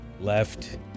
left